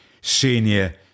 senior